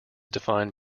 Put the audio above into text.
defined